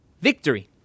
victory